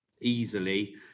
easily